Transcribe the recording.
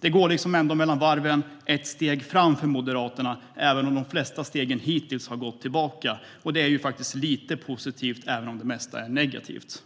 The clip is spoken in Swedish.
Det går liksom mellan varven ändå ett steg framåt för Moderaterna, även om de flesta steg hittills har gått bakåt. Det är faktiskt lite positivt, även om det mesta är negativt.